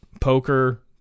poker